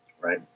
right